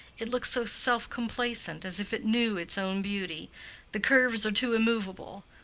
it looks so self-complacent, as if it knew its own beauty the curves are too immovable.